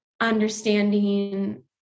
understanding